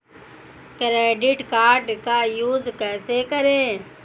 Credit card का use कैसे करें?